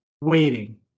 waiting